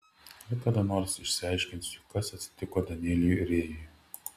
ar kada nors išsiaiškinsiu kas atsitiko danieliui rėjui